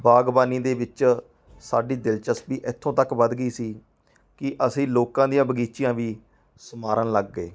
ਬਾਗਬਾਨੀ ਦੇ ਵਿੱਚ ਸਾਡੀ ਦਿਲਚਸਪੀ ਇੱਥੋਂ ਤੱਕ ਵੱਧ ਗਈ ਸੀ ਕਿ ਅਸੀਂ ਲੋਕਾਂ ਦੀਆਂ ਬਗੀਚੀਆਂ ਵੀ ਸੰਵਾਰਨ ਲੱਗ ਗਏ